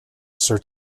sir